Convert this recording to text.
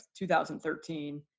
2013